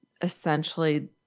essentially